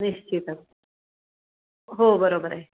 निश्चितच हो बरोबर आहे